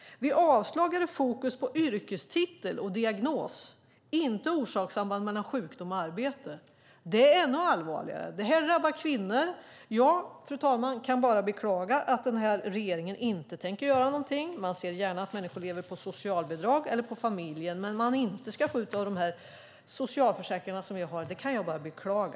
Vid avslag är det fokus på yrkestitel och diagnos, inte orsakssamband mellan sjukdom och arbete. Det är ännu allvarligare. Det här drabbar kvinnor. Fru talman! Jag kan bara beklaga att den här regeringen inte tänker göra någonting. Man ser gärna att människor lever på socialbidrag eller på familjen men inte får ut något av de socialförsäkringar som vi har. Det kan jag bara beklaga.